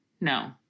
No